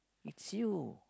it's you